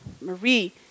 Marie